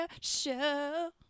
show